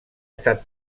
estat